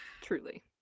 Truly